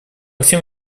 всем